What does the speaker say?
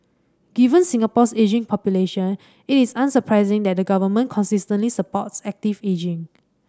given Singapore's ageing population it is unsurprising that the government consistently supports active ageing